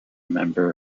member